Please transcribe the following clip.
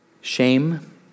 shame